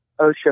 OSHA